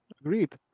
Agreed